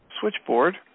switchboard